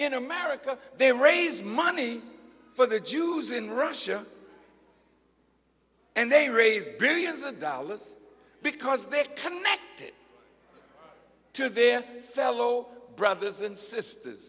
in america they raise money for the jews in russia and they raise billions of dollars because they're connected to their fellow brothers and sisters